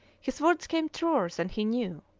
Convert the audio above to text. his words came truer than he knew.